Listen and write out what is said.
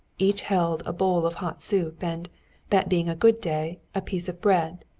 each held a bowl of hot soup, and that being a good day a piece of bread.